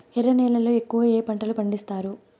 ఎర్ర నేలల్లో ఎక్కువగా ఏ పంటలు పండిస్తారు